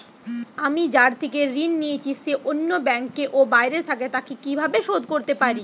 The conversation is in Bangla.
আমি যার থেকে ঋণ নিয়েছে সে অন্য ব্যাংকে ও বাইরে থাকে, তাকে কীভাবে শোধ করতে পারি?